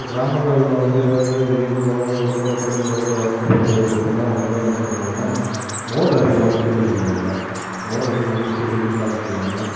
இப்போ கிராமங்களில் வந்து ஏதாவது திடீர்னு குழந்தைங்களுக்கோ இல்லை பெரிவங்களுக்கோ வயிற்று போக்கு ஏற்படுதுன்னா உடனே என்ன பண்ணுவாங்க மோர் அதிகமாக குடிக்க சொல்வாங்க மோர் அதிகமாக குடித்து எப்படி இருக்குதுன்னு பார்க்க சொல்வாங்க